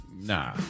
Nah